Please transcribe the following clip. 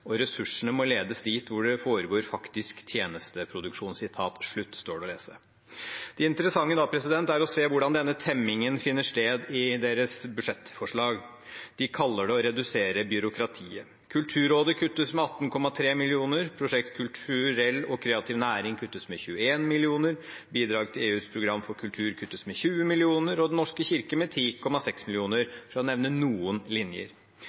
og ressursene må ledes dit hvor det foregår faktisk tjenesteproduksjon.» Det interessante er da å se hvordan denne temmingen finner sted i deres budsjettforslag. De kaller det å redusere byråkratiet. Kulturrådet kuttes med 18,3 mill. kr, prosjektet Kulturell og kreativ næring kuttes med 21 mill. kr, bidrag til EUs program for kultur kuttes med 20 mill. kr og Den norske kirke med 10,6 mill. kr – for å nevne noen linjer.